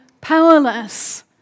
powerless